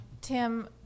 Tim